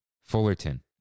Fullerton